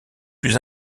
plus